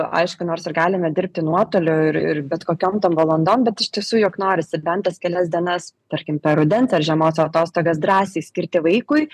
aišku nors ir galime dirbti nuotoliu ir ir bet kokiom tam valandom iš tiesų juk norisi bent tas kelias dienas tarkim per rudens ar žiemos atostogas drąsiai skirti vaikui